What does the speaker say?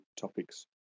topics